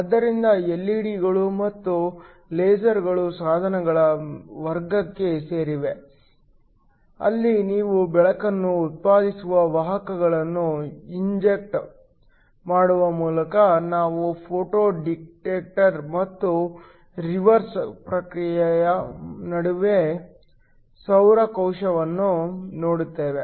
ಆದ್ದರಿಂದ ಎಲ್ಇಡಿಗಳು ಮತ್ತು ಲೇಸರ್ಗಳು ಸಾಧನಗಳ ವರ್ಗಕ್ಕೆ ಸೇರಿವೆ ಅಲ್ಲಿ ನೀವು ಬೆಳಕನ್ನು ಉತ್ಪಾದಿಸುವ ವಾಹಕಗಳನ್ನು ಇಂಜೆಕ್ಟ್ ಮಾಡುವ ಮೂಲಕ ನಾವು ಫೋಟೋ ಡಿಟೆಕ್ಟರ್ ಮತ್ತು ರಿವರ್ಸ್ ಪ್ರಕ್ರಿಯೆ ನಡೆಯುವ ಸೌರ ಕೋಶವನ್ನು ನೋಡುತ್ತೇವೆ